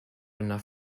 enough